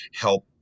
help